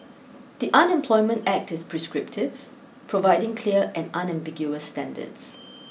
the Unemployment Act is prescriptive providing clear and unambiguous standards